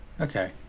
okay